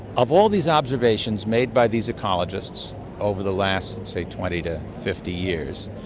of all these observations made by these ecologists over the last, say, twenty to fifty years,